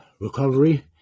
recovery